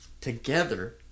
Together